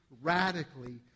radically